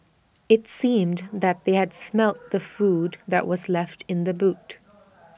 IT seemed that they had smelt the food that was left in the boot